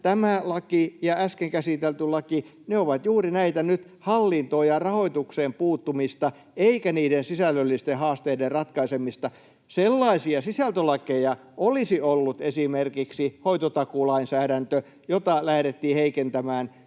tämä laki ja äsken käsitelty laki ovat nyt juuri tätä hallintoon ja rahoitukseen puuttumista eivätkä niiden sisällöllisten haasteiden ratkaisemista. Sellaisia sisältölakeja olisi ollut esimerkiksi hoitotakuulainsäädäntö, jota lähdettiin heikentämään.